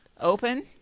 open